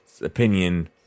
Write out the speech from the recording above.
opinion